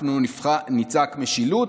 ואנחנו נצעק "משילות",